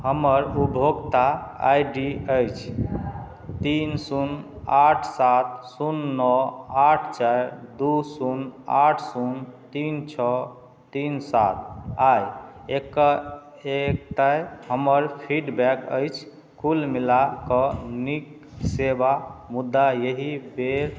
हमर उपभोक्ता I D अछि तीन शून्य आठ सात शून्य नओ आठ चारि दू शून्य आठ शून्य तीन छओ तीन सात आ एक एतय हमर फीडबैक अछि कुल मिला कऽ नीक सेवा मुदा एहि बेर